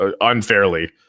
unfairly